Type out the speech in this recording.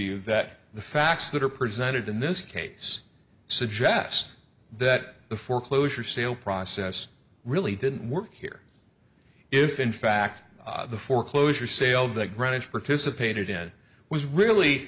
you that the facts that are presented in this case suggest that the foreclosure sale process really didn't work here if in fact the foreclosure sale that greenwich participated in was really